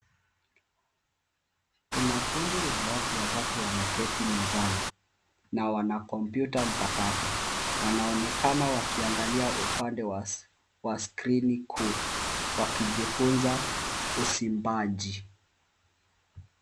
Kuna kundi la watu watatu wameketi mezani na wana kompyuta mpakato. Wanaonekana wakiangalia upande wa skrini kuu wakijifunza usimbaji.